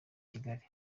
kigali